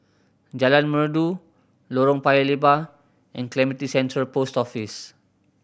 Jalan Merdu Lorong Paya Lebar and Clementi Central Post Office